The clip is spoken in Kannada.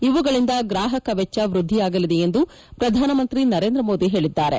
ಇವುಗಳಿಂದ ಗ್ರಾಹಕ ವೆಚ್ಚ ವ್ಯದ್ದಿಯಾಗಲಿದೆ ಎಂದು ಪ್ರಧಾನಮಂತ್ರಿ ನರೇಂದ್ರ ಮೋದಿ ಹೇಳಿದ್ದಾರೆ